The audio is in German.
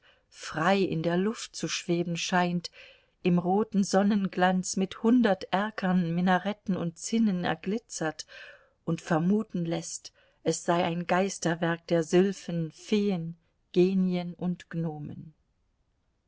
frei in der luft zu schweben scheint im roten sonnenglanz mit hundert erkern minaretten und zinnen erglitzert und vermuten läßt es sei ein geisterwerk der sylphen feen genien und gnomen